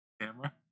Camera